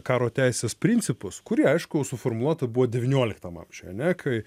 karo teisės principus kuri aišku suformuota buvo devynioliktam amžiuj ane kai